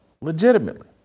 legitimately